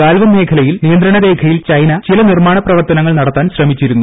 ഗാൽവൻ മേഖലയിൽ നിയന്ത്രണ രേഖയിൽ ചൈന ചില നിർമ്മാണ പ്രവർത്തനങ്ങൾ നടത്താൻ ശ്രമിച്ചിരുന്നു